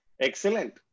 Excellent